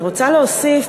אני רוצה להוסיף,